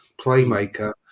playmaker